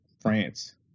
France